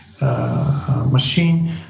machine